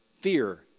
fear